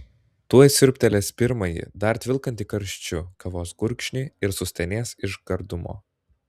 tuoj siurbtelės pirmąjį dar tvilkantį karščiu kavos gurkšnį ir sustenės iš gardumo